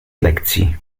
lekcji